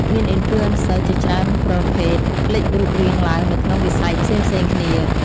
មាន Influencer ជាច្រើនប្រភេទលេចរូបរាងឡើងនៅក្នុងវិស័យផ្សេងៗគ្នា។